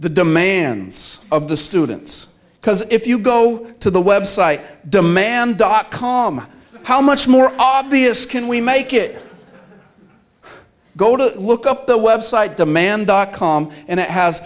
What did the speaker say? the demands of the students because if you go to the website demand dot com how much more obvious can we make it go to look up the website demand dot com and it has